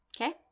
Okay